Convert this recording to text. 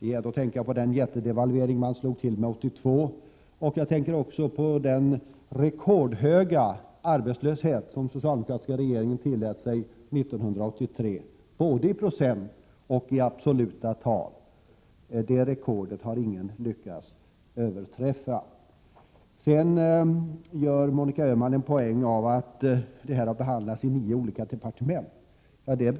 Jag tänker då på den jättedevalvering som man slog till med 1982 och på den rekordhöga arbetslöshet som den socialdemokratiska regeringen tillät sig 1983, både i procent och i absoluta tal. Det rekordet har ingen lyckats överträffa. Sedan gör Monica Öhman en poäng av att detta har behandlats i nio olika departement.